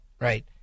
right